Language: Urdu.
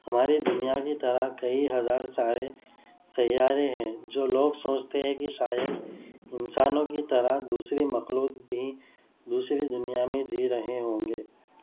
ہماری دنیا کی طرح کئی ہزار سائے سیارے ہیں جو لوگ سوچتے ہیں کہ شاید انسانوں کی طرح دوسری مخلوق بھی دوسری دنیا میں جی رہے ہوں گے